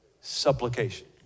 supplication